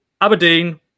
Aberdeen